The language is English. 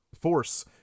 force